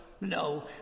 no